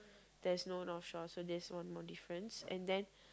there's no North Shore so that's one more difference and then